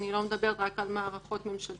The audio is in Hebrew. אני לא מדברת רק על מערכות ממשלתיות,